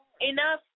enough